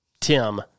Tim